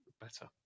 better